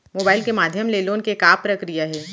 Mobile के माधयम ले लोन के का प्रक्रिया हे?